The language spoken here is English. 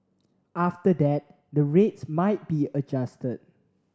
after that the rates might be adjusted